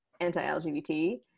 anti-LGBT